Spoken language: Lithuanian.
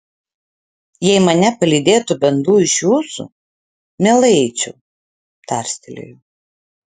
jei mane palydėtų bent du iš jūsų mielai eičiau tarstelėjo